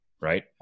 right